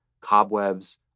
cobwebs